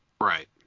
Right